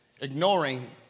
ignoring